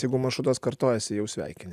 jeigu maršrutas kartojasi jau sveikini